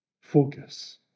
Focus